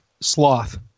Sloth